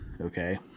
okay